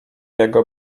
jego